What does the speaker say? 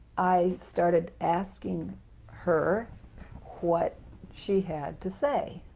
i started asking her what she had to say.